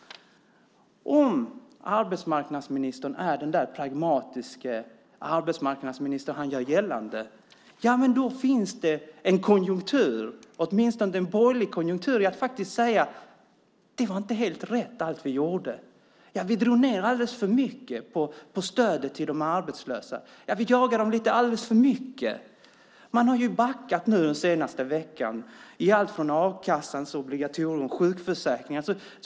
Om arbetsmarknadsministern nu är så pragmatisk som han gör gällande så finns det en konjunktur, åtminstone en borgerlig konjunktur, i att faktiskt säga: Allt vi gjorde var inte rätt, vi drog ned alldeles för mycket på stödet till de arbetslösa och vi jagade dem för mycket. Den senaste veckan har ni backat i allt från a-kassans obligatorium till sjukförsäkringar.